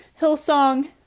Hillsong